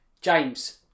James